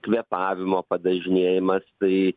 kvėpavimo padažnėjimas tai